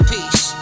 Peace